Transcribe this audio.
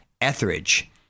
Etheridge